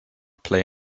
play